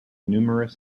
numerous